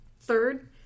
Third